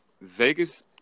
Vegas